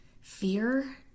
fear